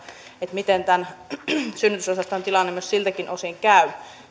miten synnytysosastojen tilanteen myös siltä osin käy